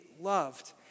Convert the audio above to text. loved